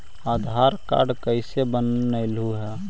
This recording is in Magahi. आधार कार्ड कईसे बनैलहु हे?